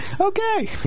okay